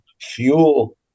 fuel